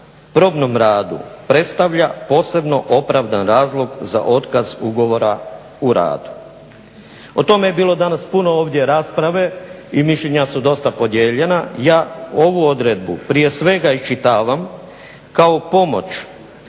probnom radu predstavlja posebno opravdan razlog za otkaz ugovora o radu. O tome je bilo danas puno ovdje rasprave i mišljenja su dosta podijeljena. Ja ovu odredbu prije svega iščitavam kao pomoć